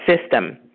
system